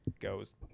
goes